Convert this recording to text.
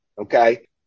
Okay